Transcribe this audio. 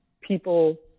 people